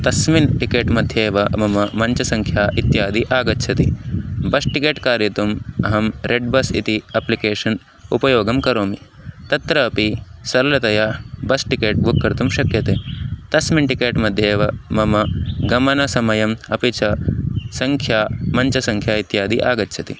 तस्मिन् टिकेट् मध्ये एव मम मञ्चसङ्ख्या इत्यादयः आगच्छन्ति बस् टिकेट् क्रेतुम् अहं रेड् बस् इति अप्लिकेशन् उपयोगं करोमि तत्रापि सरलतया बस् टिकेट् बुक् कर्तुं शक्यते तस्मिन् टिकेट् मध्ये एव मम गमनसमयम् अपि च सङ्ख्या मञ्चसङ्ख्या इत्यादि आगच्छति